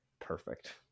Perfect